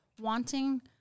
wanting